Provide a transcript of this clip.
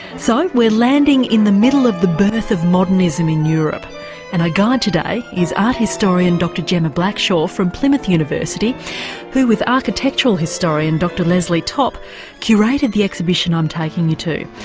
so we're landing in the middle of the birth of modernism in europe and our guide today is art historian dr gemma blackshaw from plymouth university who, with architectural historian dr leslie topp curated the exhibition i'm taking you to.